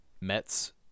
Mets